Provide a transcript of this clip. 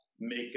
make